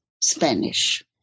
Spanish